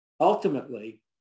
Ultimately